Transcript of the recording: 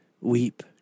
weep